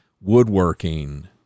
woodworking